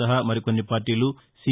సహా మరికొన్ని పార్టీలు సీ